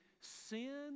sin